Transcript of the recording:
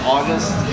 August